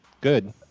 Good